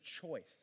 choice